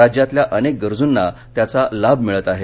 राज्यातल्या अनेक गरजूंना त्याचा लाभ मिळत आहे